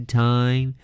time